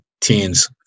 teens